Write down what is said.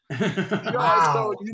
wow